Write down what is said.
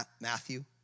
Matthew